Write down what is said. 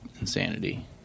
insanity